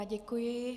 Děkuji.